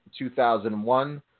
2001